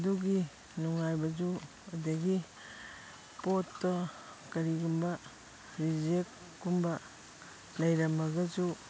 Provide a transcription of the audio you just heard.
ꯑꯗꯨꯒꯤ ꯅꯨꯡꯉꯥꯏꯕꯁꯨ ꯑꯗꯒꯤ ꯄꯣꯠꯇꯣ ꯀꯔꯤꯒꯨꯝꯕ ꯔꯤꯖꯦꯛꯀꯨꯝꯕ ꯂꯩꯔꯝꯃꯒꯁꯨ